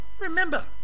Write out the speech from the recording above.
Remember